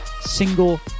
single